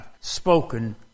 spoken